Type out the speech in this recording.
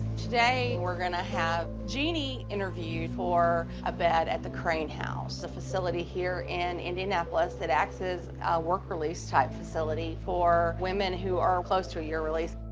today, we're gonna have jeanie interview for a bed at the craine house, a facility here in indianapolis that acts as a work release type facility for women who are close to your release.